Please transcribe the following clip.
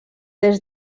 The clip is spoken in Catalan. des